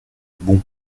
bon